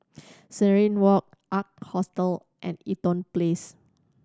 Serenade Walk Ark Hostel and Eaton Place